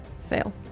Fail